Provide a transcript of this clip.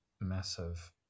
massive